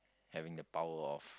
having the power of